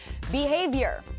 behavior